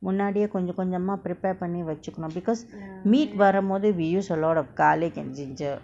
முன்னாடியே கொஞ்சோ கொஞ்சமா:munnadiye konjo konjama prepare பன்னி வச்சிகனு:panni vachikanu because meat வருபோது:varupothu we use a lot of garlic and ginger